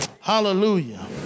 Hallelujah